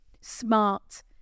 smart